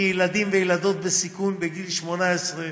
כי ילדים וילדות בסיכון בגיל 18,